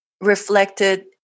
reflected